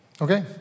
Okay